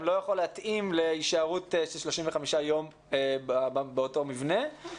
לא יכול להתאים להישארות של 35 יום באותו מבנה.